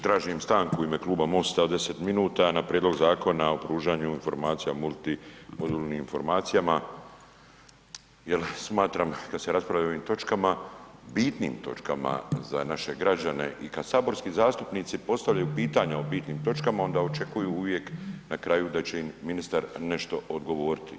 Tražim stanku u ime kluba MOST-a od 10 min na Prijedlog Zakona o pružanju informacija o multimodalnim informacijama jer smatram kad se raspravlja o ovim točkama, bitnim točkama za naše građane i kad saborski zastupnici postavljaju pitanja o bitnim točkama onda očekuju uvijek na kraju uvijek na kraju da će im ministar nešto odgovoriti.